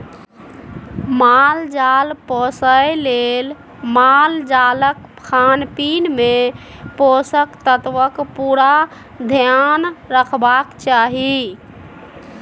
माल जाल पोसय लेल मालजालक खानपीन मे पोषक तत्वक पुरा धेआन रखबाक चाही